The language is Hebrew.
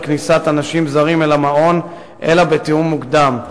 כניסת אנשים זרים אל המעון אלא בתיאום מוקדם.